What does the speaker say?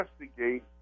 investigate